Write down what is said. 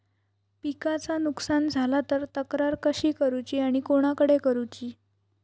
पिकाचा नुकसान झाला तर तक्रार कशी करूची आणि कोणाकडे करुची?